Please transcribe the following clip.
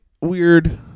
weird